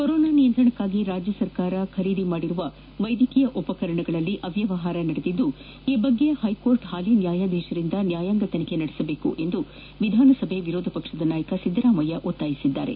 corona ನಿಯಂತ್ರಣಕ್ಕಾಗಿ ರಾಜ್ಯ ಸರ್ಕಾರ ಖರೀದಿಸಿರುವ ವೈದ್ಯಕೀಯ ಉಪಕರಣಗಳಲ್ಲಿ ಅವ್ಯವಹಾರ ನಡೆದಿದ್ದು ಈ ಬಗ್ಗೆ ಹೈಕೋರ್ಟ್ ಹಾಲಿ ನ್ಯಾಯಾಧೀಶರಿಂದ ನ್ಯಾಯಾಂಗ ತನಿಖೆ ನಡೆಸಬೇಕು ಎಂದು ವಿಧಾನಸಭೆಯ ವಿರೋಧ ಪಕ್ಷದ ನಾಯಕ ಸಿದ್ದರಾಮಯ್ಯ ಒತ್ತಾಯಿಸಿದ್ದಾರೆ